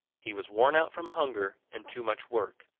he was worn out from hunger and too much work.